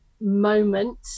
moment